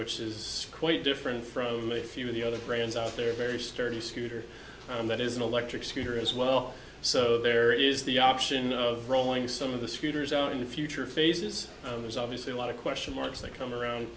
which is quite different from a few of the other brands out there very sturdy scooter that is an electric scooter as well so there is the option of rolling some of the scooters out in the future faces there's obviously a lot of question marks that come around